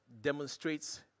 demonstrates